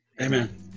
Amen